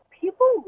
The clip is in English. people